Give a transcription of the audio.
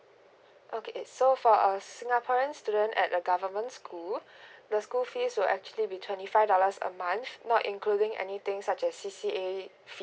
okay so for a singaporean student at a government school the school fees will actually be twenty five dollars a month not including anything such C_C_A